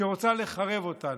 שרוצה לחרב אותנו.